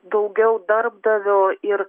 daugiau darbdavio ir